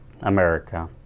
America